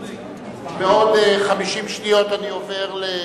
בעוד 50 שניות אני עובר להצבעה.